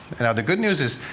now the good news is,